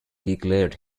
declared